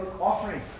offering